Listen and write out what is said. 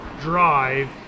drive